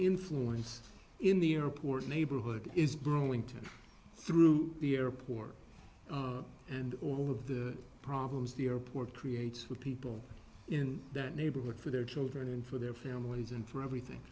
influence in the airport neighborhood is burlington through the airport and all of the problems the airport creates for people in that neighborhood for their children and for their families and for everything